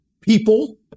people